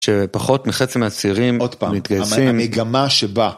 שפחות מחצי מהצעירים. עוד פעם. מתגייסים. המגמה שבה